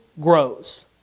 grows